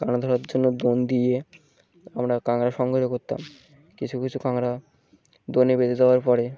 কাঁকড়া ধরার জন্য দোন দিয়ে আমরা কাঁকড়া সংগ্রহ করতাম কিছু কিছু কাঁকড়া দোনে বেঁধে দেওয়ার পরে